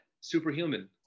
superhuman